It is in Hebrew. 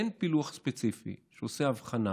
אין פילוח ספציפי שעושה הבחנה,